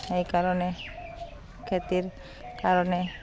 সেইকাৰণে খেতিৰ কাৰণে